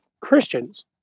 Christians